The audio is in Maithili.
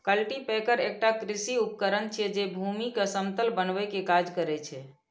कल्टीपैकर एकटा कृषि उपकरण छियै, जे भूमि कें समतल बनबै के काज करै छै